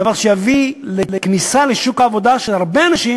דבר שיביא לכניסה לשוק העבודה של הרבה אנשים